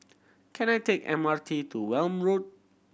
can I take M R T to Welm Road